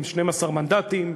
עם 12 מנדטים.